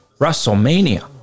WrestleMania